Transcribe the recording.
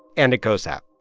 and it goes out